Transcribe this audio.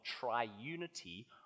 triunity